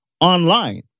online